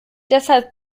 deshalb